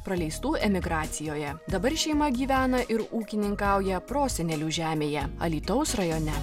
praleistų emigracijoje dabar šeima gyvena ir ūkininkauja prosenelių žemėje alytaus rajone